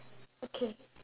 okay